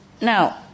Now